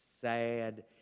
sad